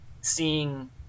seeing